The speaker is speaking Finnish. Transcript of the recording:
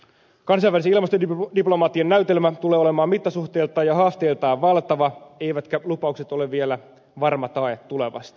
kansainvälisen ilmastodiplomatian näytelmä tulee olemaan mittasuhteiltaan ja haasteiltaan valtava eivätkä lupaukset ole vielä varma tae tulevasta